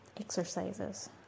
exercises